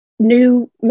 new